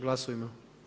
Glasujmo.